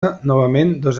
anys